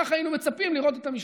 כך היינו מצפים לראות את המשנה.